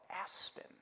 Aspen